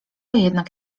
jednak